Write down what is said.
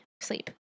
sleep